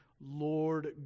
Lord